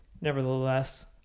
Nevertheless